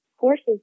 courses